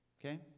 okay